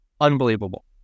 unbelievable